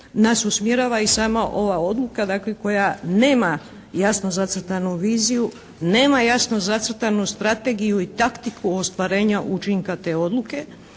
nas usmjerava i sama ova odluka dakle koja nema jasno zacrtanu viziju, nema jasno zacrtanu strategiju i taktiku ostvarenja učinka te odluke,